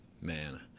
man –